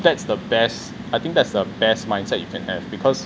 that's the best I think that's the best mindset you can have because